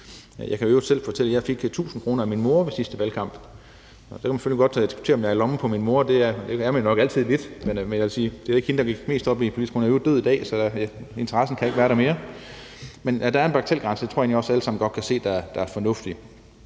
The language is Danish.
Jeg kan i øvrigt selv fortælle, at jeg fik 1.000 kr. af min mor ved sidste valgkamp. Der kan man selvfølgelig godt diskutere, om jeg er i lommen på min mor, og det er man nok altid lidt, men jeg vil sige, at det nok ikke var hende, der gik mest op i det politiske. Hun er i øvrigt død i dag, så interessen kan ikke være der mere, men at der er en bagatelgrænse, tror jeg egentlig godt vi også alle sammen godt kan se at der er fornuft i.